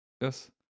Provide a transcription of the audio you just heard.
yes